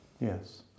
Yes